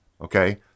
Okay